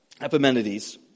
Epimenides